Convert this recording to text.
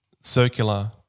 circular